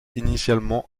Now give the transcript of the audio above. initialement